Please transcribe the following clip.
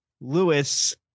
Lewis